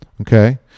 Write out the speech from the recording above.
Okay